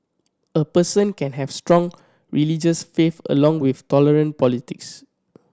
a person can have strong religious faith along with tolerant politics